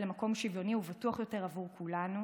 למקום שוויוני ובטוח יותר עבור כולנו.